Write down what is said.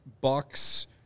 Bucks